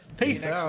Peace